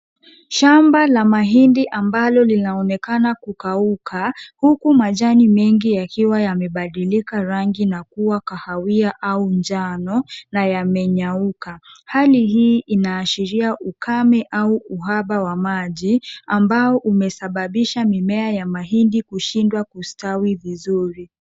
Shamba la mahindi ambalo linaonekana kukauka huku majani mengi yakiwa yamebadilika rangi na kuwa kahawia au njano na yamenyauka. Hali hii inaashiria ukame au uhaba wa maji ambao umesababisha mimea ya mahindi kushindwa kustawi vizuri.